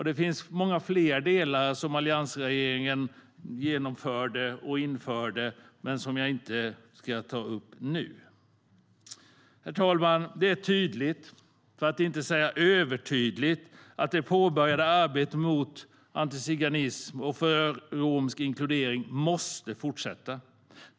Det finns många fler delar som Alliansen införde och genomförde som jag inte tar upp nu. Herr talman! Det är tydligt, för att inte säga övertydligt, att det påbörjade arbetet mot antiziganism och för romsk inkludering måste fortsätta.